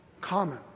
common